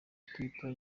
twitter